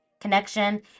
connection